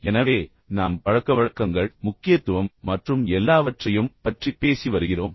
எனவே நாம் பழக்கவழக்கங்கள் முக்கியத்துவம் மற்றும் எல்லாவற்றையும் பற்றி பேசி வருகிறோம்